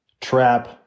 trap